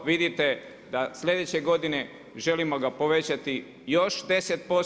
Vidite da sljedeće godine želimo ga povećati još 10%